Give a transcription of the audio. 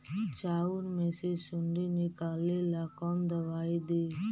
चाउर में से सुंडी निकले ला कौन दवाई दी?